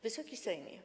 Wysoki Sejmie!